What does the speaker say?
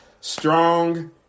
strong